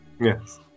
Yes